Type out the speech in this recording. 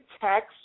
tax